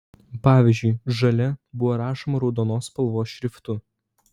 pavyzdžiui žalia buvo rašoma raudonos spalvos šriftu